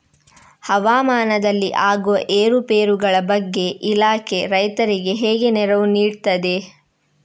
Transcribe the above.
ಹವಾಮಾನದಲ್ಲಿ ಆಗುವ ಏರುಪೇರುಗಳ ಬಗ್ಗೆ ಇಲಾಖೆ ರೈತರಿಗೆ ಹೇಗೆ ನೆರವು ನೀಡ್ತದೆ?